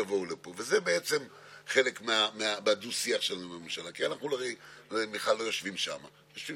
ומעריך שבעקבות משבר הקורונה יהיה לו קשה מאוד להשתלב בשוק העבודה,